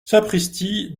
sapristi